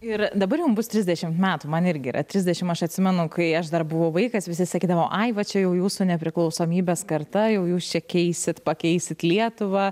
ir dabar jum bus trisdešimt metų man irgi yra trisdešimt aš atsimenu kai aš dar buvau vaikas visi sakydavo ai va čia jau jūsų nepriklausomybės karta jau jūs čia keisit pakeisit lietuvą